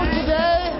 today